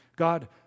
God